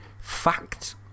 Fact